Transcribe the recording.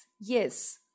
Yes